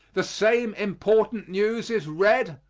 the same important news is read,